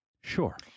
sure